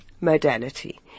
modality